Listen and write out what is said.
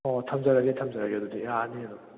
ꯑꯣ ꯊꯝꯖꯔꯒꯦ ꯊꯝꯖꯔꯒꯦ ꯑꯗꯨꯗꯤ ꯌꯥꯔꯅꯤ ꯑꯗꯨꯝ